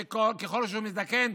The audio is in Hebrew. שככל שהוא מזדקן,